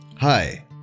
Hi